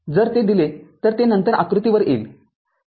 जर ते दिले तर ते नंतर आकृतीवर येईल